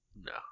No